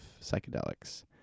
psychedelics